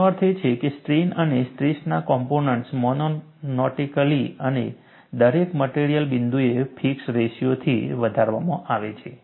આનો અર્થ એ છે કે સ્ટ્રેઇન અને સ્ટ્રેસના કોમ્પોનન્ટ્સ મોનોટોનીકલી અને દરેક મટેરીઅલ બિંદુએ ફિક્સ્ડ રેશિયોથી વધારવામાં આવે છે